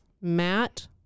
Matt